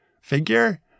figure